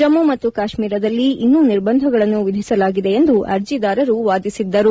ಜಮ್ಮ ಮತ್ತು ಕಾಶ್ಮೀರದಲ್ಲಿ ಇನ್ನೂ ನಿರ್ಬಂಧಗಳನ್ನು ವಿಧಿಸಲಾಗಿದೆ ಎಂದು ಅರ್ಜಿದಾರರು ವಾದಿಸಿದ್ದಾರೆ